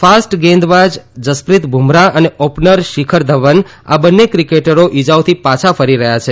fast ગેદબાઝ જસપ્રિત બુમરાહ અને opener Shikhar Dhawan બંને ક્રિકેટરો ઇજાઓથી પાછા ફરી રહ્યા છે